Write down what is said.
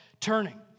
turning